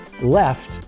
left